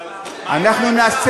אנחנו לא חוששים.